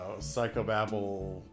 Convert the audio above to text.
psychobabble